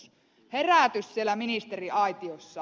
herätys siellä ministeriaitiossa